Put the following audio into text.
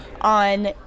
on